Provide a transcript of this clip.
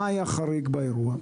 מה היה חריג באירוע?